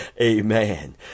Amen